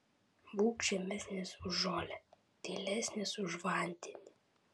būk žemesnis už žolę tylesnis už vandenį